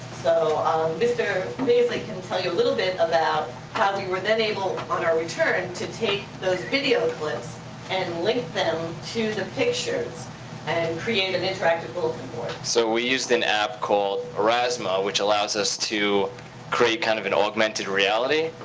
so mr. baisley can tell you a little bit about how we were then able, on our return, to take those video clips and link them to the pictures and and create an interactive bulletin board. so we used an app called aurasma which allows us to create kind of an augmented reality.